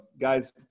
guy's